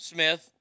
Smith